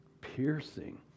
piercing